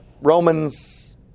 Romans